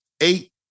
eight